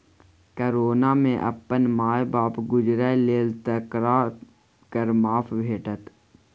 corona मे अपन माय बाप गुजैर गेल तकरा कर माफी भेटत